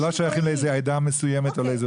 הם לא שייכים לאיזו עדה או אוכלוסייה מסוימת.